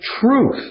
truth